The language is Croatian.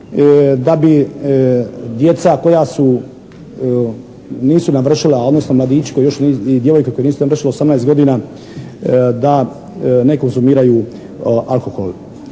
da bi djeca koja su, nisu navršila odnosno mladići i djevojke koje nisu navršile 18 godina da ne konzumiraju alkohol.